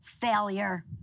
failure